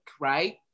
right